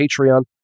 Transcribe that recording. Patreon